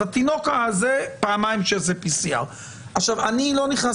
אז התינוק הזה עושה פעמיים PCR. אני לא נכנס